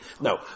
No